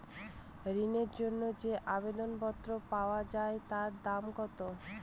ঋণের জন্য যে আবেদন পত্র পাওয়া য়ায় তার দাম কত?